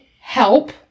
help